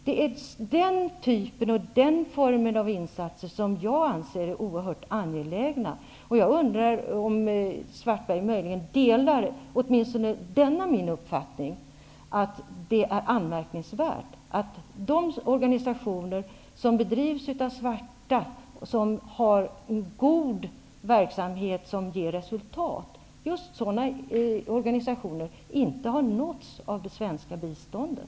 Det är den formen av insatser jag anser vara oerhört angelägen. Jag undrar om Karl-Erik Svartberg möjligen delar åtminstone den uppfattningen att det är anmärkningsvärt att de organisationer som drivs av svarta, vars verksamhet ger resulat, inte har nåtts av det svenska biståndet.